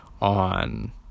on